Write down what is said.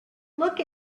look